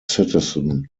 citizen